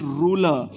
ruler